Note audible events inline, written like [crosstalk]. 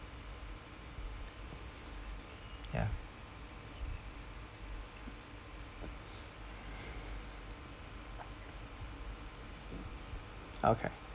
ya [breath] okay